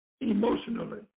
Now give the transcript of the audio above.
emotionally